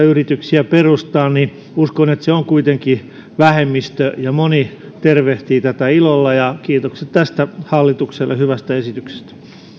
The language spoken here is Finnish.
yrityksiä perustaa niin uskon että se on kuitenkin vähemmistö ja moni tervehtii tätä ilolla kiitokset tästä hyvästä esityksestä